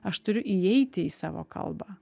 aš turiu įeiti į savo kalbą